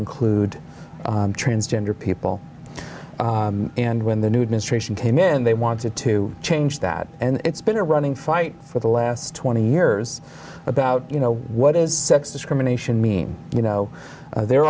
include transgender people and when the new administration came in they wanted to change that and it's been a running fight for the last twenty years about you know what is sex discrimination mean you know their